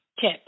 tip